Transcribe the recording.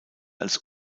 als